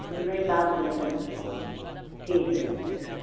نہیں کام بڑھیا چل رہا ٹھیک ہے ٹھیک ہے